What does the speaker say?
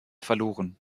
verloren